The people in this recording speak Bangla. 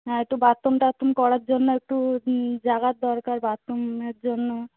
হ্যাঁ একটু বাথরুম টাথরুম করার জন্য একটু জায়গার দরকার বাথরুমের জন্য